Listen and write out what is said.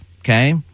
Okay